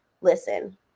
listen